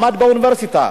למד באוניברסיטה,